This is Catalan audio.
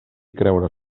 creure